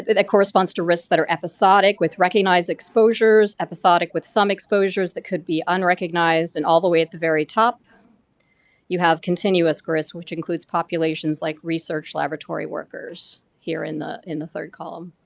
that corresponds to risks that are episodic with recognized exposures, episodic with some exposures that could be unrecognized. and all the way at the very top you have continuous risk which includes populations like research laboratory workers here in the in the third column.